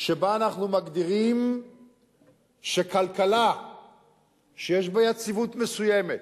שבה אנחנו מגדירים שכלכלה שיש בה יציבות מסוימת,